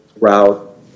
route